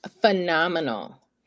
phenomenal